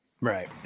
Right